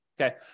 Okay